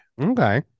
Okay